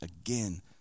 again